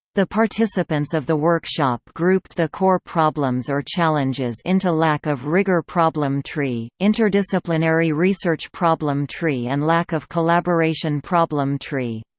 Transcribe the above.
the participants of the workshop grouped the core problems or challenges into lack of rigour problem tree, interdisciplinary research problem tree and lack of collaboration problem tree.